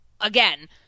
again